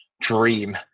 dream